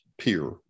peer